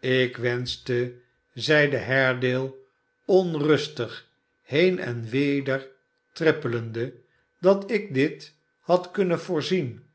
ik wenschte zeide haredale onrustig heen en weder tnppelende dat ik dit had kunnen voorzien